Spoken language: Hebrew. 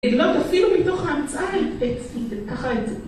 אם לא תפעילו מתוך ההמצאה, את, אם גם ככה את זה.